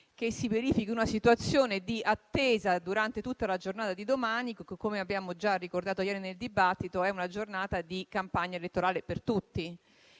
che si verifichi una situazione di attesa durante tutta la giornata di domani, che - come abbiamo già ricordato ieri nel dibattito - è di campagna elettorale per tutti.